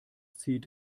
zieht